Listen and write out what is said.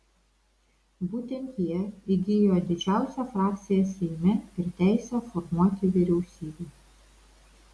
būtent jie įgijo didžiausią frakciją seime ir teisę formuoti vyriausybę